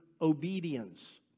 obedience